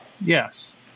yes